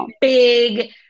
big